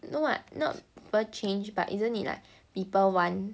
no [what] not people change but isn't it like people want